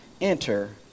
enter